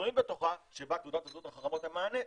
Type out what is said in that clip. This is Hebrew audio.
בתוכה שבה תעודות הזהות החכמות הן מענה,